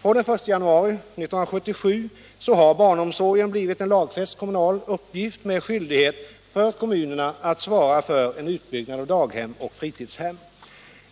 Från den 1 januari 1977 har barnomsorgen blivit en lagfäst kommunal uppgift med skyldighet för kommunerna att svara för en utbyggnad av daghem och fritidshem.